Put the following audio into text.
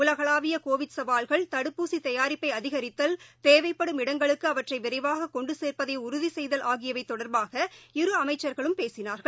உலகளாவியகோவிட் சவால்கள் தடுப்பூசிதயாரிப்பைஅதிகரித்தல் தேவைப்படும் இடங்களுக்கு அவற்றைவிரைவாககொண்டுசேர்ப்பதைஉறுதிசெய்தல் ஆகியவைதொடர்பாக இரு அமைச்சர்களும் பேசினார்கள்